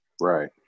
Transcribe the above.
Right